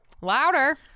Louder